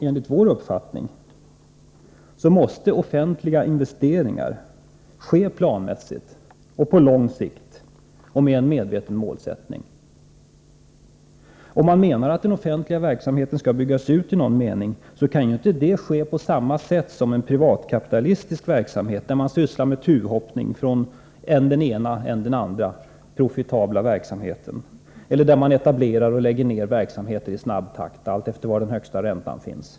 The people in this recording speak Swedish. Enligt vår mening måste offentliga investeringar ske planmässigt, långsiktigt och målmedvetet. Om man menar att den offentliga verksamheten skall byggas ut, kan ju inte detta ske på samma sätt som vid privatkapitalistisk verksamhet, där man ägnar sig åt tuvhoppning från den ena till den andra profitabla verksamheten, eller där man etablerar eller lägger ned verksamheter i snabb takt — beroende på var den högsta räntan finns.